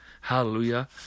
Hallelujah